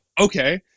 okay